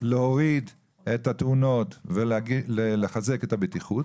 להוריד את התאונות ולחזק את הבטיחות,